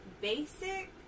basic